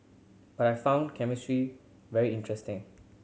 but I found chemistry very interesting